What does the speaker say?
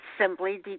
simply